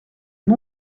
amb